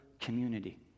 community